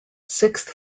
sixth